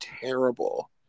terrible